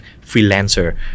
freelancer